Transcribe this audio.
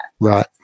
Right